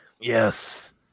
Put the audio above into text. Yes